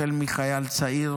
החל מחייל צעיר